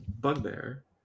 bugbear